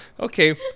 okay